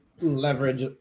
leverage